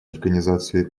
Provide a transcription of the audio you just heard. организацию